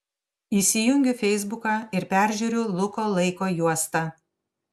įsijungiu feisbuką ir peržiūriu luko laiko juostą